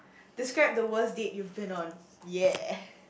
describe the worst date you've been on ya